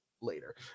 later